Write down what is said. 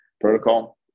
protocol